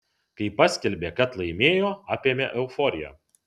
kai paskelbė kad laimėjo apėmė euforija